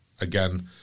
again